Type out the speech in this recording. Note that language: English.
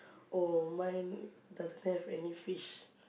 oh mine doesn't have any fish